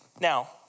Now